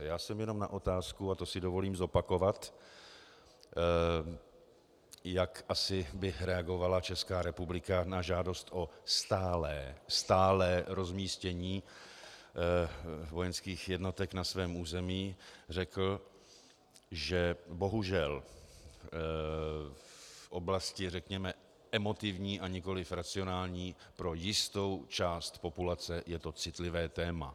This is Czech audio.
Já jsem jenom na otázku, a to si dovolím zopakovat, jak asi by reagovala Česká republika na žádost o stálé stálé rozmístění vojenských jednotek na svém území, řekl, že bohužel v oblasti řekněme emotivní a nikoli racionální pro jistou část populace je to citlivé téma.